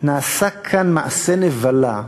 נעשה כאן מעשה נבלה,